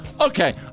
Okay